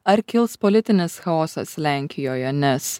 ar kils politinis chaosas lenkijoje nes